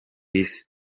isi